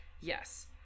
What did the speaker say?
yes